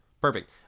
Perfect